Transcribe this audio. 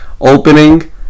opening